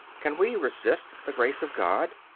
can we resist the grace of god?